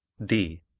d.